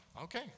Okay